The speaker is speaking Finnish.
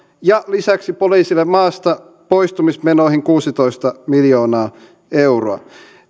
ja lisäksi poliisille maastapoistumismenoihin kuusitoista miljoonaa euroa